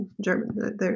German